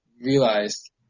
realized